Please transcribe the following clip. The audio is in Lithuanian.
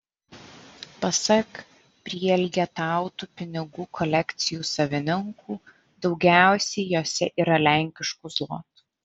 pasak prielgetautų pinigų kolekcijų savininkų daugiausiai jose yra lenkiškų zlotų